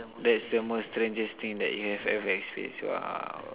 that's the most strangest thing that you have ever experience !wow!